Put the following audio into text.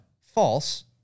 false